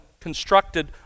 constructed